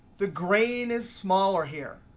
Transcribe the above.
the grain is smaller here.